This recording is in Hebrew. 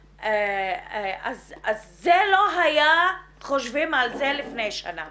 אז זה לא היה, אם חושבים על זה, לפני שנה